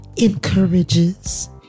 encourages